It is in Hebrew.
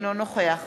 אינו נוכח